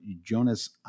Jonas